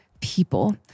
people